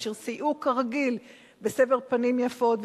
אשר סייעו כרגיל בסבר פנים יפות,